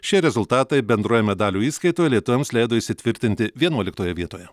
šie rezultatai bendroje medalių įskaitoje lietuviams leido įsitvirtinti vienuoliktoje vietoje